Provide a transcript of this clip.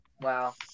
Wow